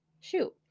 shoot